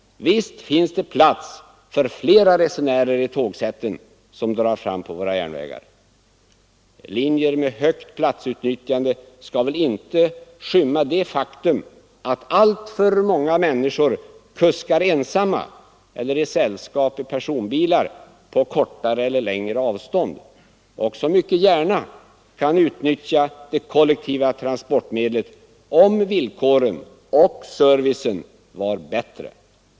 Visst finns det plats för flera resenärer i de tågsätt som drar fram på våra järnvägar. Linjer med högt platsutnyttjande skall väl inte skymma bort det faktum att alltför många människor kuskar omkring ensamma eller i sällskap i personbilar på kortare eller längre sträckor. De skulle mycket gärna utnyttja det kollektiva transportmedlet, om villkoren och servicen var bättre.